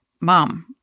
Mom